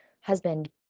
husband